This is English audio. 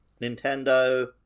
Nintendo